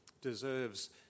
deserves